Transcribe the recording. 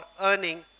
earning